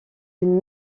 une